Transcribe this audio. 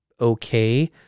okay